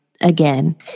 again